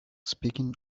speaking